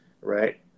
right